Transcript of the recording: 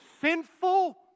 sinful